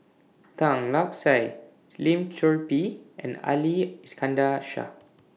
Tan Lark Sye Lim Chor Pee and Ali Iskandar Shah